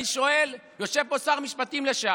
אני שואל יושב פה שר משפטים לעבר,